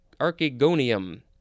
Archegonium